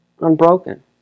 unbroken